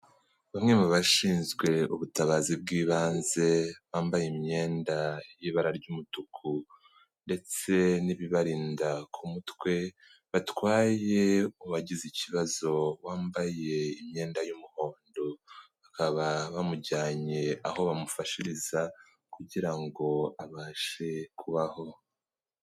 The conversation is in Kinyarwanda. Bamwe mu bashinzwe ubutabazi bw'ibanze bambaye imyenda y'ibara ry'umutuku ndetse n'ibibarinda ku mutwe, batwaye uwagize ikibazo wambaye imyenda y'umuhondo bakaba bamujyanye aho bamufashiriza kugira ngo abashe kubaho.